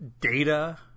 data